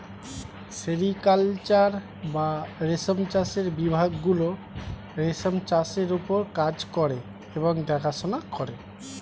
sericulture বা রেশম চাষের বিভাগ গুলো রেশম চাষের ওপর কাজ করে এবং দেখাশোনা করে